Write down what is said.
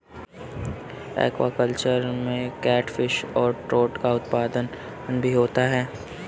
aquaculture में catfish और trout का उत्पादन भी होता है